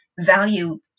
value